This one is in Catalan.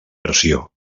pressió